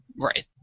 Right